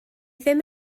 ddim